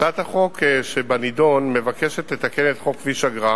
הצעת החוק שבנדון מבקשת לתקן את חוק כביש אגרה